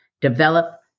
develop